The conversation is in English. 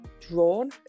drawn